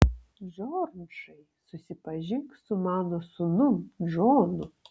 džordžai susipažink su mano sūnum džonu